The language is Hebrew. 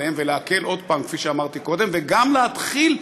ולהקל,